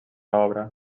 obra